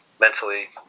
mentally